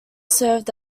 served